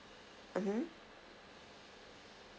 mmhmm